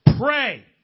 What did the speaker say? Pray